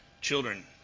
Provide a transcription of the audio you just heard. children